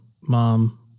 mom